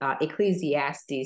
Ecclesiastes